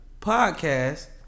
podcast